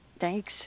Thanks